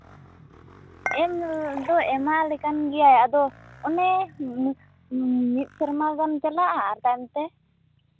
ᱮᱢ ᱫᱚ ᱮᱢᱟᱞᱮ ᱠᱟᱱ ᱜᱮᱭᱟᱭ ᱟᱫᱚ ᱚᱱᱮ ᱢᱤᱫ ᱥᱮᱨᱢᱟ ᱜᱟᱱ ᱪᱟᱞᱟᱜᱼᱟ ᱛᱟᱭᱚᱢ ᱛᱮ